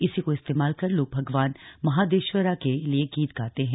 इसी को इस्तेमाल कर लोग भगवान महादेश्वरा के लिए गीत गाते हैं